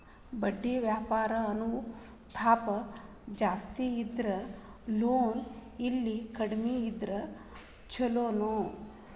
ಬಡ್ಡಿ ವ್ಯಾಪ್ತಿ ಅನುಪಾತ ಜಾಸ್ತಿ ಇದ್ರ ಛಲೊನೊ, ಇಲ್ಲಾ ಕಡ್ಮಿ ಇದ್ರ ಛಲೊನೊ?